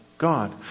God